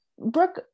Brooke